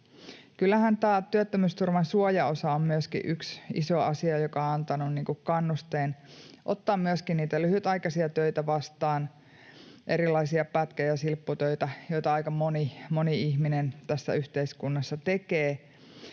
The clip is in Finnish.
Kyllähän tämä työttömyysturvan suojaosa on myöskin yksi iso asia, joka on antanut kannusteen ottaa myöskin niitä lyhytaikaisia töitä vastaan, erilaisia pätkä- ja silpputöitä, joita aika moni ihminen tässä yhteiskunnassa tekee.